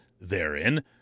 therein